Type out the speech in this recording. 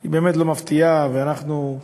היא באמת לא מפתיעה, ואנחנו,